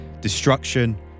destruction